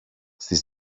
στις